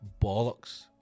bollocks